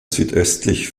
südöstlich